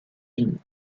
unis